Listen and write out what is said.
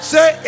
Say